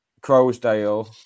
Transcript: Crowsdale